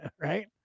right